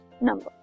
number